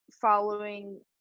following